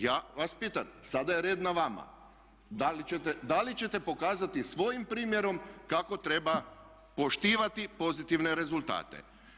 Ja vas pitam, sada je red na vama da li ćete pokazati svojim primjerom kako treba poštivati pozitivne rezultate.